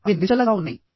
అవి నిశ్చలంగా ఉన్నాయి